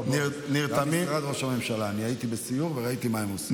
אני הייתי בסיור וראיתי מה הם עושים.